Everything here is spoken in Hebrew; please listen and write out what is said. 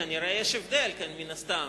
וכנראה יש הבדל, מן הסתם.